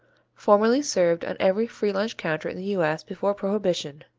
formerly served on every free-lunch counter in the u s. before prohibition,